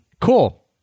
cool